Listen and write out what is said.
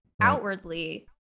outwardly